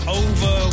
over